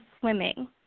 swimming